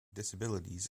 disabilities